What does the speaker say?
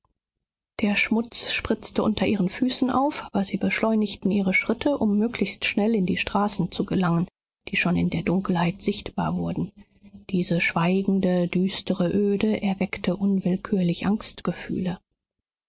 der schmutz spritzte unter ihren füßen auf aber sie beschleunigten ihre schritte um möglichst schnell in die straßen zu gelangen die schon in der dunkelheit sichtbar wurden diese schweigende düstere öde erweckte unwillkürlich